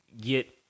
get